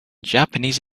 japanese